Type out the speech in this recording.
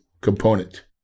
component